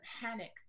panic